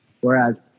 Whereas